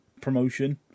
promotion